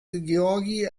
georgi